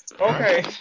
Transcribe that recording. Okay